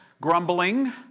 grumbling